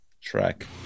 track